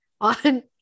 on